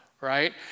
right